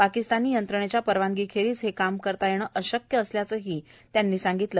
पाकिस्तानी यंत्रणेच्या परवानगी खेरीज हे काम करता येणे अशक्य असल्याचंही त्यांनी सांगितलं